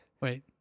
Wait